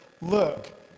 look